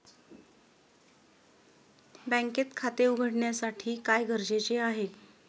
बँकेत खाते उघडण्यासाठी काय गरजेचे आहे?